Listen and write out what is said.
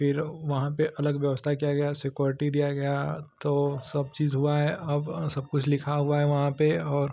फिर वहाँ पर अलग व्यवस्था की गई सिक्योरिटी दी गई तो सब चीज़ हुई है अब सबकुछ लिखा हुआ है वहाँ पर और